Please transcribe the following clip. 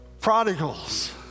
Prodigals